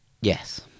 Yes